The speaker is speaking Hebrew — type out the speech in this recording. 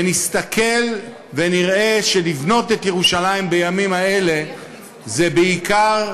ונסתכל ונראה שלבנות את ירושלים בימים האלה זה בעיקר,